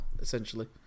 essentially